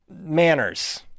manners